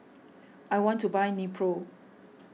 I want to buy Nepro